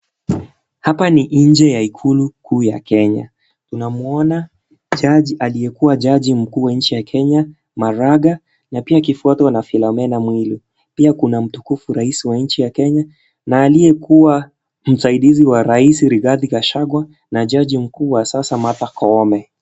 Hapa ni nje ya ikuru kuu ya Kenya. Tunamuona jaji aliyekuwa jaji mkuu wa nchi ya Kenya Maraga na pia akifuatwa na Filomena Muilu. Pia kuna mtukufu rais mkuu wa nchi ya Kenya na aliyekuwa msaindizi wa rais Rigathi Gachagua na jaji mkuu wa sasa Martha Koome.